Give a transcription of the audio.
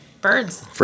Birds